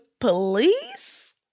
police